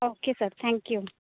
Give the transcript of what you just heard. okay sir thank you